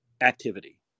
activity